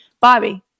Bobby